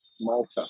Malta